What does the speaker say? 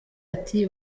ati